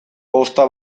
posta